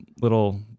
little